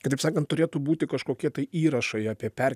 kitaip sakant turėtų būti kažkokie tai įrašai apie per